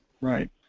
Right